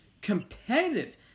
competitive